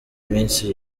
munsi